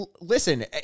listen